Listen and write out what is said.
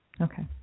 Okay